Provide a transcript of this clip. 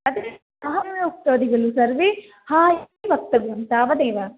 अतिरिक्तम् अहं एव उक्तवती खलु सर्वे हा इति वक्तव्यं तावदेव